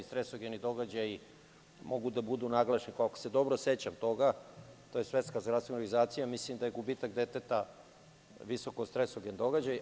Stresogeni događaji mogu da budu naglašeni, ako se dobro sećam toga, to je Svetska zdravstvena organizacija, mislim da je gubitak deteta visokostresan događaj.